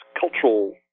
cultural